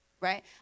right